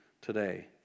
today